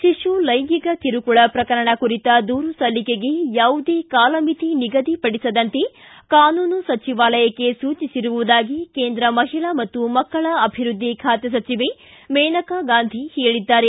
ಶಿಶು ಲೈಂಗಿಕ ಕಿರುಕುಳ ಪ್ರಕರಣ ಕುರಿತ ದೂರು ಸಲ್ಲಿಕೆಗೆ ಯಾವುದೇ ಕಾಲಮಿತಿ ನಿಗದಿಪಡಿಸದಂತೆ ಕಾನೂನು ಸಚಿವಾಲಯಕ್ಕೆ ಸೂಚಿಸಿರುವುದಾಗಿ ಕೇಂದ್ರ ಮಹಿಳಾ ಮತ್ತು ಮಕ್ಕಳ ಅಭಿವೃದ್ಧಿ ಖಾತೆ ಸಚಿವೆ ಮೇನಕಾ ಗಾಂಧಿ ಹೇಳದ್ದಾರೆ